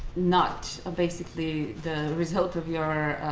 not ah basically the result of your